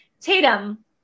Tatum